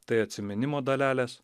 tai atsiminimo dalelės